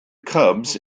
cubs